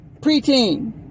Preteen